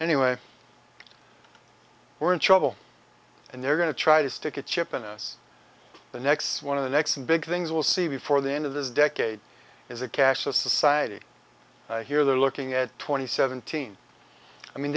anyway we're in trouble and they're going to try to stick a chip in us the next one of the next and big things we'll see before the end of this decade is a cashless society here they're looking at twenty seventeen i mean